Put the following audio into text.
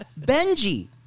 Benji